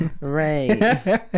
Right